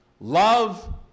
love